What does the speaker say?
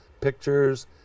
pictures